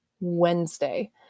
Wednesday